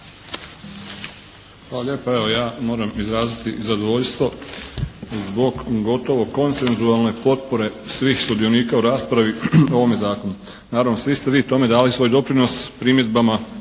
Hvala lijepa. Evo ja moram izraziti zadovoljstvo zbog gotovo konsenzualne potpore svih sudionika u raspravi ovome Zakonu. Naravno svi ste vi tome dali svoj doprinos primjedbama